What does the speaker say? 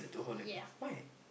yeah